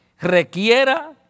requiera